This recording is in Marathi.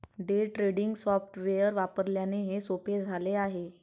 डे ट्रेडिंग सॉफ्टवेअर वापरल्याने हे सोपे झाले आहे